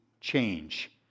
change